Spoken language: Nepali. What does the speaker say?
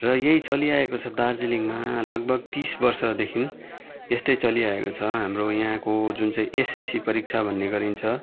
र यही चलिआएको छ दार्जिलिङमा लगभग तिस वर्षदेखि यस्तै चलिआएको छ हाम्रो यहाँको जुन चाहिँ एसएससी परीक्षा भन्ने गरिन्छ